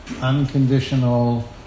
unconditional